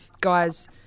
guys